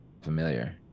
familiar